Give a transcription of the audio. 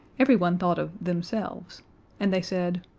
everyone thought of themselves and they said,